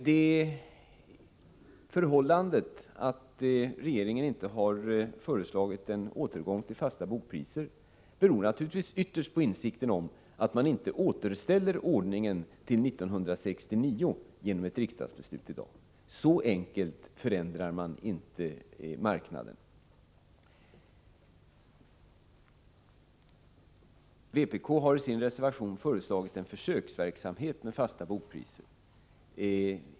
Det förhållandet att regeringen inte föreslagit en återgång till fasta bokpriser beror naturligtvis ytterst på insikten om att man inte återställer ordningen till 1969 genom ett riksdagsbeslut. Så enkelt förändrar man inte marknaden. Vpk har i sin reservation föreslagit försöksverksamhet med fasta bokpriser.